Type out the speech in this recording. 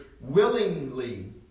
willingly